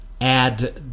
add